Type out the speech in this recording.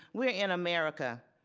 we're in america.